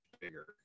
bigger